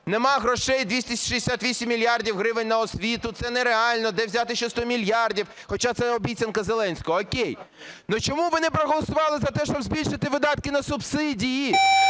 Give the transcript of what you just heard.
нема грошей 268 мільярдів гривень на освіту, це нереально, де взяти ще 100 мільярдів? Хоча це обіцянка Зеленського. О'кей. Але чому ви не проголосували за те, щоб збільшити видатки на субсидії?